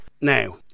now